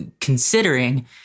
considering